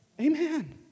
Amen